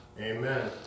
Amen